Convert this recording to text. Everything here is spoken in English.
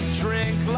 drink